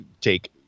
take